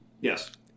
Yes